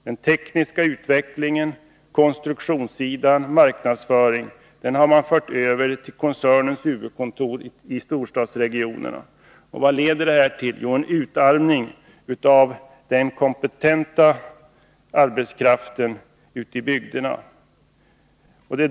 Den tekniska utvecklingen, konstruktionssidan och marknadsföringen har man fört över till koncernens huvudkontor i storstadsregionen. Vad leder detta till? Jo, en utarmning av den kompetenta arbetskraften ute i bygderna.